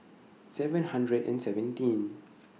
seven hundred and seventeen